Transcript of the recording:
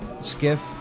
Skiff